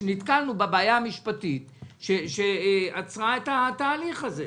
נתקלנו בבעיה המשפטית שעצרה את התהליך הזה.